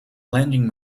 lending